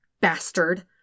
Bastard